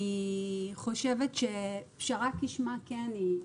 אני חושבת שפרשה, כשמה כן היא.